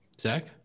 zach